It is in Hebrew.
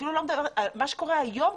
אפילו לא מדברים על מה שקורה היום,